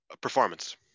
performance